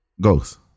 Ghost